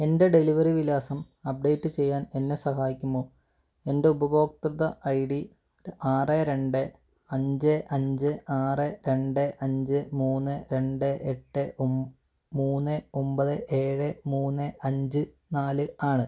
എൻ്റെ ഡെലിവറി വിലാസം അപ്ഡേറ്റ് ചെയ്യാൻ എന്നെ സഹായിക്കുമോ എൻ്റെ ഉപഭോക്തൃ ഐ ഡി ആറ് രണ്ട് അഞ്ച് അഞ്ച് ആറ് രണ്ട് അഞ്ച് മൂന്ന് രണ്ട് എട്ട് മൂന്ന് ഒൻപത് ഏഴ് മൂന്ന് അഞ്ച് നാല് ആണ്